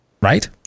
right